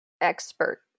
expert